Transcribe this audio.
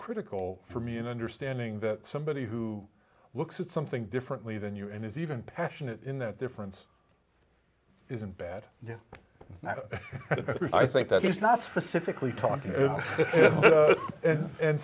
critical for me in understanding that somebody who looks at something differently than you and is even passionate in that difference isn't bad you know i think that it's not specifically talking and